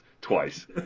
twice